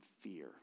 fear